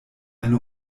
eine